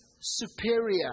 superior